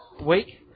week